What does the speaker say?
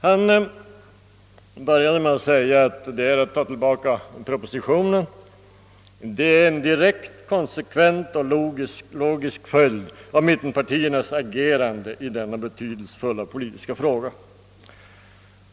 Han började med att säga att återkallandet av propositionen »är en direkt, konsekvent och logisk följd av mittenpartiernas agerande i denna betydelsefulla politiska fråga».